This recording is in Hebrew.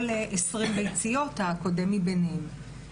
או ל-20 ביציות, הקודם מביניהם.